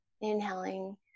inhaling